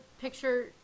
picture